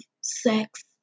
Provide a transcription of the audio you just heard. sex